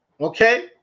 okay